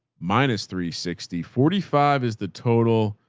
minus three sixty forty five is the total